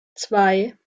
zwei